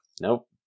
nope